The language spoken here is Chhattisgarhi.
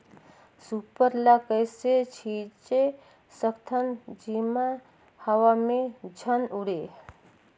सुपर ल कइसे छीचे सकथन जेमा हवा मे झन उड़े?